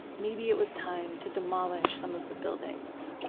maybe it was time to demolish some of the buildings.